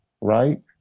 right